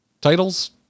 titles